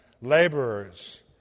laborers